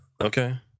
okay